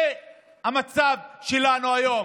זה המצב שלנו היום.